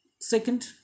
Second